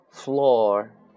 Floor